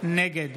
נגד